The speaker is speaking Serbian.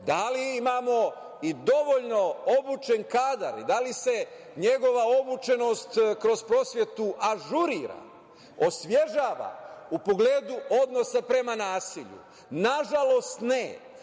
da li imamo i dovoljno obučen kadar i da li se njegova obučenost kroz prosvetu ažurira, osvežava u pogledu odnosa prema nasilju? Nažalost, ne.